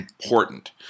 important